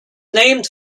named